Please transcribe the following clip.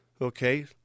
Okay